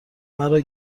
مرا